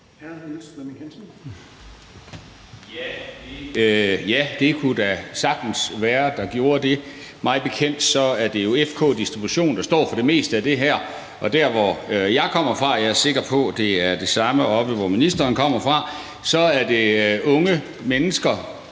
Ja, det kunne da sagtens være, der gjorde det. Mig bekendt er det jo FK Distribution, der står for det meste af det her. Der, hvor jeg kommer fra – og jeg er sikker på, det er det samme oppe, hvor ministeren kommer fra – er det unge mennesker,